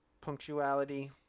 punctuality